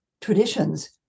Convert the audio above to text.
traditions